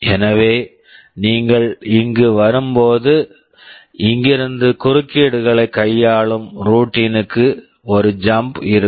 எனவே நீங்கள் இங்கு வரும்போது இங்கிருந்து குறுக்கீடுகளைக் கையாளும் ரூட்டின் routine க்கு ஒரு ஜம்ப் jump இருக்கும்